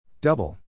Double